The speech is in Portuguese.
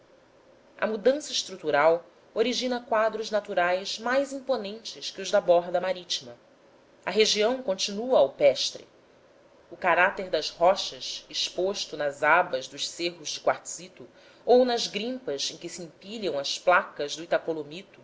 a mudança estrutural origina quadros naturais mais imponentes que os da borda marítima a região continua alpestre o caráter das rochas exposto nas abas dos cerros de quartzito ou nas grimpas em que se empilham as placas de itacolomito